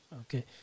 Okay